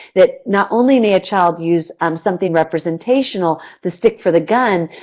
that not only may a child use um something representational, the stick for the gun,